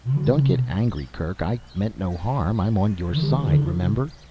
don't get angry, kerk. i meant no harm. i'm on your side, remember?